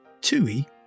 TUI